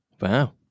Wow